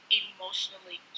emotionally